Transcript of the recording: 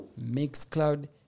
Mixcloud